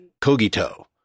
cogito